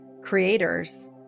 creators